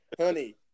Honey